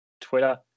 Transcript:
Twitter